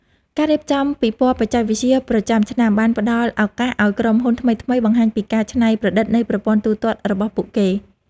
ការរៀបចំពិព័រណ៍បច្ចេកវិទ្យាប្រចាំឆ្នាំបានផ្តល់ឱកាសឱ្យក្រុមហ៊ុនថ្មីៗបង្ហាញពីការច្នៃប្រឌិតនៃប្រព័ន្ធទូទាត់របស់ពួកគេ។